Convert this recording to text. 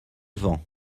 vent